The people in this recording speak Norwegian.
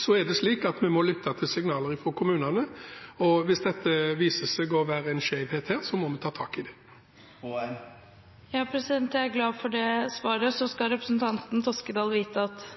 Så er det slik at vi må lytte til signaler fra kommunene. Hvis det viser seg å være en skjevhet her, må vi ta tak i det. Jeg er glad for det svaret. Så skal representanten Toskedal vite at